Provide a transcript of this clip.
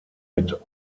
mit